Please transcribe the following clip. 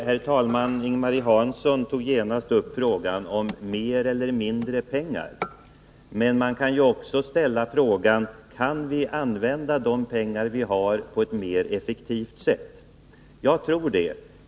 Herr talman! Ing-Marie Hansson tog genast upp frågan om mer eller mindre pengar. Men man kan ju också ställa frågan: Kan vi använda de pengar vi har på ett mer effektivt sätt? Jag tror det.